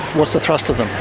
what's the thrust of them?